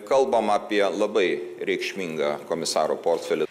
kalbam apie labai reikšmingą komisaro portfelį